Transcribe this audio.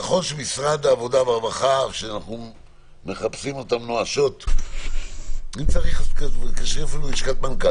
נכון שמשרד העבודה והרווחה איך גורמים לכך שבסוף יש גורם אחד,